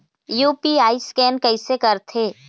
UPI scan कइसे करथे?